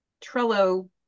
Trello